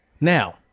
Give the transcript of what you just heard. Now